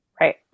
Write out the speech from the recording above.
right